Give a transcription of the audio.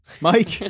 Mike